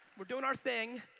we're doing our thing,